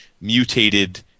mutated